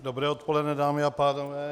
Dobré odpoledne dámy a pánové.